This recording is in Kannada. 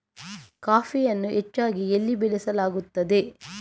ಕಾಫಿಯನ್ನು ಹೆಚ್ಚಾಗಿ ಎಲ್ಲಿ ಬೆಳಸಲಾಗುತ್ತದೆ?